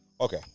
Okay